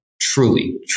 Truly